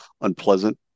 unpleasant